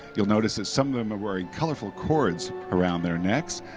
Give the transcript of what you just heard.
you'll notice some of them are wearing colorful cords around their necks,